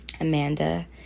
Amanda